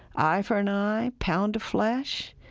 eye for an eye pound-of-flesh,